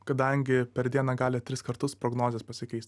kadangi per dieną gali tris kartus prognozės pasikeist